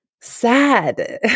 sad